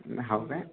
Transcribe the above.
हो काय